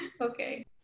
okay